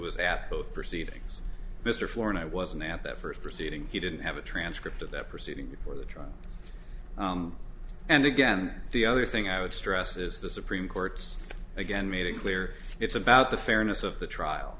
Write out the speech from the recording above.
was at both proceedings mr floor and i wasn't at that first proceeding he didn't have a transcript of that proceeding before the trial and again the other thing i would stress is the supreme court's again made it clear it's about the fairness of the trial